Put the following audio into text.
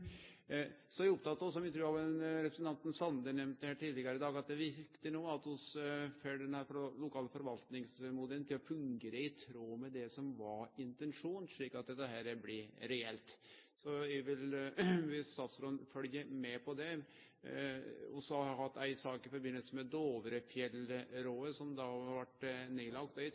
Så er eg oppteke av, som representanten Sande nemnde her tidlegare i dag, at det er viktig no at vi får denne lokale forvaltingsmodellen til å fungere i tråd med det som var intensjonen, slik at dette blir reelt. Så eg vil be statsråden følgje med på det. Vi har hatt ei sak i samband med Dovrefjellrådet, som har blitt nedlagt.